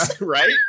right